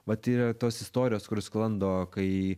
vat yra tos istorijos kur sklando kai